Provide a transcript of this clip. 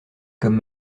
comme